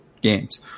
games